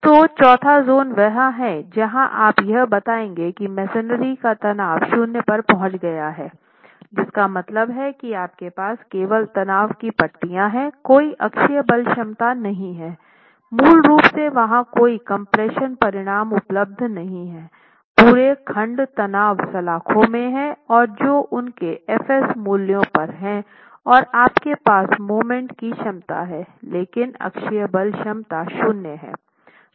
तो चौथा जोन वह है जहां आप यह बताएंगे कि मेसनरी का तनाव शून्य पर पहुंच गया हैं जिसका मतलब है कि आपके पास केवल तनाव की पट्टियां हैं कोई अक्षीय बल क्षमता नहीं है मूल रूप से वहाँ कोई कम्प्रेशन परिणाम उपलब्ध नहीं है पूरे खंड तनाव सलाख़ों में है जो उनके Fs मूल्यों पर हैं और आपके पास मोमेंट की क्षमता है लेकिन अक्षीय बल क्षमता शून्य है